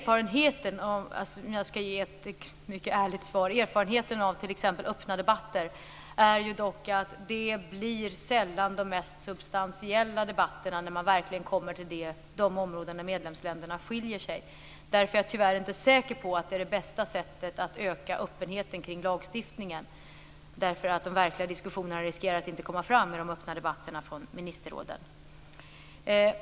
Om jag ska ge ett mycket ärligt svar så är erfarenheten av t.ex. öppna debatter dock att de sällan blir de mest substantiella debatterna när man verkligen kommer till de områden där medlemsländerna skiljer sig åt. Därför är jag tyvärr inte säker på att detta är det bästa sättet att öka öppenheten kring lagstiftningen. De verkliga diskussionerna riskerar nämligen att inte komma fram i de öppna debatterna från ministerråden.